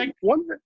One